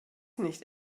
nicht